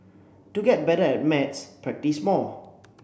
to get better at maths practise more